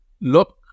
look